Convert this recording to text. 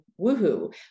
woohoo